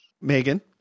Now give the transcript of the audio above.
megan